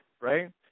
right